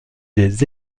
des